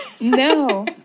No